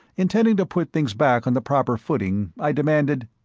intending to put things back on the proper footing, i demanded,